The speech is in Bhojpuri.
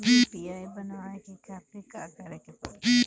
यू.पी.आई बनावे के खातिर का करे के पड़ी?